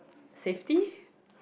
safety